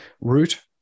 route